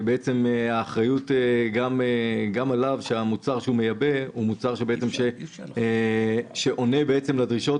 האחריות גם עליו שהמוצר שהוא מייבא עונה על הדרישות.